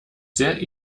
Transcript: sehr